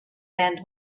and